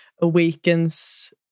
awakens